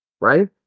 right